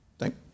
Thank